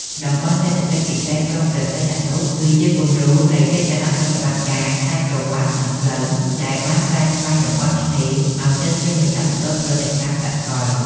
តំបន់សេដ្ឋកិច្ចពិសេសក្រុងព្រះសីហនុ គឺជាគំរូនៃកិច្ចសហប្រតិបត្តិការ "ខ្សែក្រវាត់ និងផ្លូវ" ដែលបានប្រែក្លាយតំបន់ឆ្នេរឱ្យទៅជាមជ្ឈមណ្ឌលផលិតកម្មសកល។